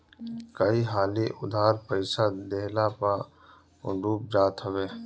कई हाली उधार पईसा देहला पअ उ डूब जात हवे